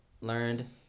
learned